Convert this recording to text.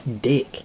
dick